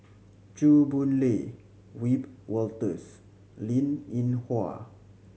Chew Boon Lay Wiebe Wolters Linn In Hua